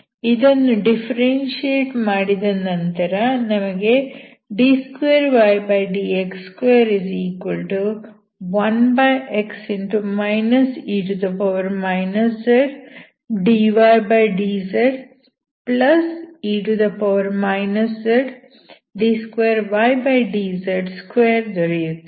ಇದನ್ನು ಡಿಫ್ಫೆರೆನ್ಶಿಯೇಟ್ ಮಾಡಿದ ನಂತರ ನಮಗೆ d2ydx21x e zdydze zd2ydz2 ದೊರೆಯುತ್ತದೆ